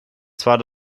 zwar